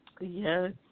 Yes